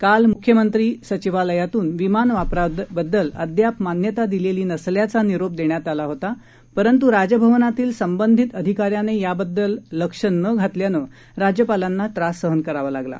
काल म्ख्यमंत्री सचिवालयातून विमान वापराबाबत अद्याप मान्यता दिलेली नसल्याचा निरोप देण्यात आला होता परंतु राजभवनातील संबंधित अधिकाऱ्यांने याबाबत लक्ष न घातल्यानं राज्यपालांना त्रास सहन करावा लागला